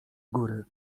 góry